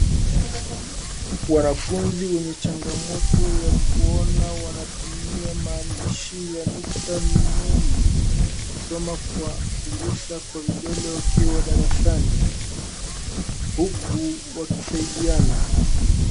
Wanafunzi wenye changamoto ya kuona wanatumia maandishi ya nukta nundu, kusoma kwa kugusa kwa vidole wakiwa darasani huku wakisaidiana.